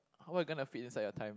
what you gonna fit inside your time